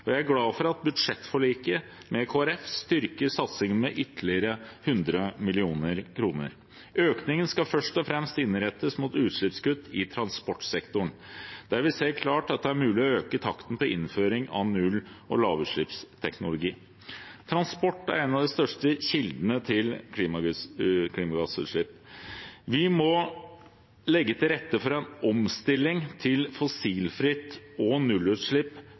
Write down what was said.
kr. Jeg er glad for at budsjettforliket med Kristelig Folkeparti styrker satsingen med ytterligere 100 mill. kr. Økningen skal først og fremst innrettes mot utslippskutt i transportsektoren, der vi ser klart at det er mulig å øke takten på innføringen av null- og lavutslippsteknologi. Transport er en av de største kildene til klimagassutslipp. Vi må legge til rette for en omstilling til fossilfritt og nullutslipp